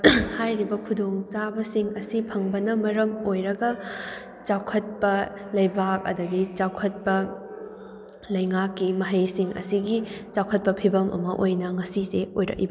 ꯍꯥꯏꯔꯤꯕ ꯈꯨꯗꯣꯡꯆꯥꯕꯁꯤꯡ ꯑꯁꯤ ꯐꯪꯕꯅ ꯃꯔꯝ ꯑꯣꯏꯔꯒ ꯆꯥꯎꯈꯠꯄ ꯂꯩꯕꯥꯛ ꯑꯗꯒꯤ ꯆꯥꯎꯈꯠꯄ ꯂꯩꯉꯥꯛꯀꯤ ꯃꯍꯩꯁꯤꯡ ꯑꯁꯤꯒꯤ ꯆꯥꯎꯈꯠꯄ ꯐꯤꯕꯝ ꯑꯃ ꯑꯣꯏꯅ ꯉꯁꯤꯁꯦ ꯑꯣꯏꯔꯛꯏꯕꯅꯤ